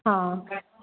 हाँ